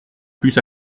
plus